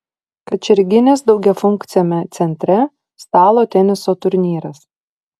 kačerginės daugiafunkciame centre stalo teniso turnyras